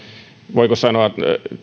voiko sanoa